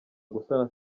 gusana